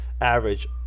Average